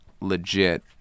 legit